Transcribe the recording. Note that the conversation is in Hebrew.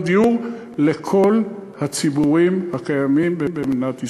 דיור לכל הציבורים הקיימים במדינת ישראל.